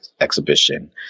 exhibition